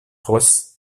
ross